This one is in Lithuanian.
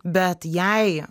bet jei